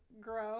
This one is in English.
grow